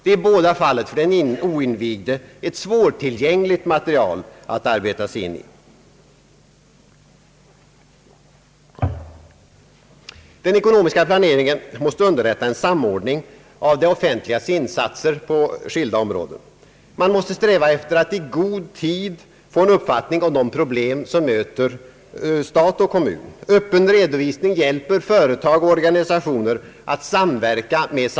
Det är i båda fallen för den oinvigde ett svårtillgängligt material att arbeta sig in i. Den ekonomiska planeringen måste underlätta en samordning av det offentligas insatser inom skilda områden. Man måste sträva efter att i god tid få en uppfattning om de problem som möter stat och kommun. Öppen redovisning hjälper företag och organisationer att samverka.